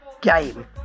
Game